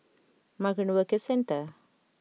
Migrant Workers Centre